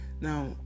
Now